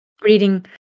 reading